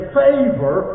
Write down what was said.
favor